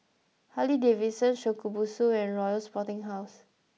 Harley Davidson Shokubutsu and Royal Sporting House